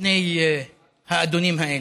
בפני האדונים האלה.